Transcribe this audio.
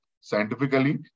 scientifically